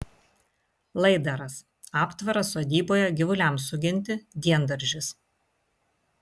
laidaras aptvaras sodyboje gyvuliams suginti diendaržis